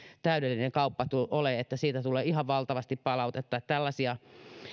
täydellinen kauppa tullut olemaan siitä tulee ihan valtavasti palautetta tällaisia